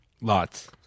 Lots